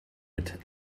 mit